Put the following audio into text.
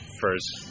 first